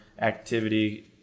activity